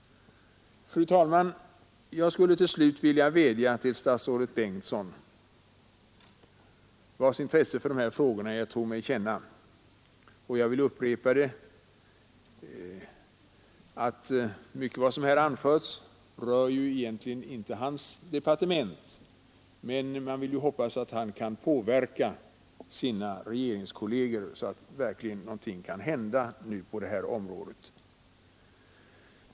Fru talman! Jag skulle till slut vilja rikta en vädjan till statsrådet Bengtsson, vars intresse för de här frågorna jag tror mig känna. Mycket av vad som här anförts — jag vill upprepa det — rör ju egentligen inte hans departement, men man vill hoppas att han kan påverka sina regeringskolleger så att någonting nu verkligen kan hända på det här området.